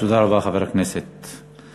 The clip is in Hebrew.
תודה רבה, חבר הכנסת עיסאווי.